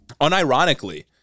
Unironically